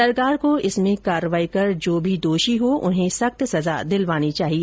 सरकार को इसमें कार्यवाही कर जो भी दोषी हो उन्हें सख्त सजा दिलवानी चाहिए